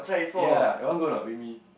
ya you want go or not with me